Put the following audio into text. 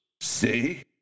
See